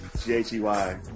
G-H-E-Y